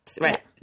Right